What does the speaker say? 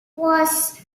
was